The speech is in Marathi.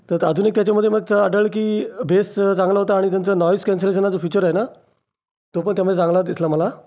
तर का अजून एक तेच्यामध्ये मच आढळलं की बेस चांगला होता आणि तेंचं नॉइज कॅन्सलेशनचं फ्यूचर आहे ना तोपण त्यामध्ये चांगला दिसला मला